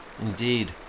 Indeed